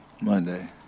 Monday